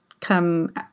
come